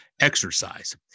exercise